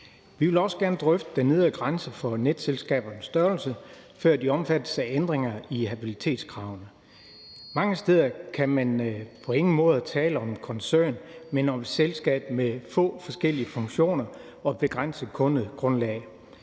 Vi vil også gerne drøfte den nedre grænse for netselskabernes størrelse, før de omfattes af ændringerne i habilitetskravene. Mange steder kan man på ingen måde tale om en koncern, men om et selskab med få forskellige funktioner og et begrænset kundegrundlag.